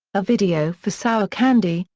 a video for sour candy,